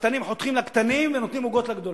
שחותכים לקטנים ונותנים עוגות לגדולים.